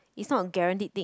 it's not a guaranteed thing